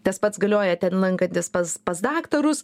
tas pats galioja ten lankantis pas pas daktarus